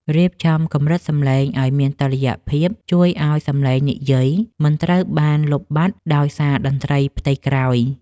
រៀបចំកម្រិតសំឡេងឱ្យមានតុល្យភាពជួយឱ្យសំឡេងនិយាយមិនត្រូវបានលុបបាត់ដោយសារតន្ត្រីផ្ទៃក្រោយ។